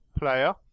player